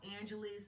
angeles